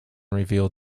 revealed